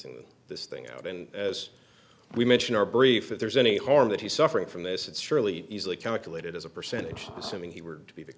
g this thing out and as we mentioned our brief if there's any harm that he's suffering from this it's fairly easily calculated as a percentage assuming he were to be